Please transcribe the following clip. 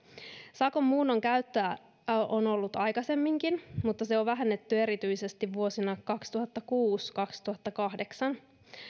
sakon muunnon käyttöä on ollut aikaisemminkin mutta sitä on vähennetty erityisesti vuosina kaksituhattakuusi viiva kaksituhattakahdeksan